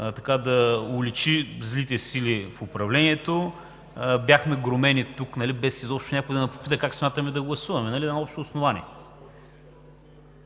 да уличи злите сили в управлението. Бяхме громени тук, без изобщо някой да ни попита как смятаме да гласуваме, на общо основание.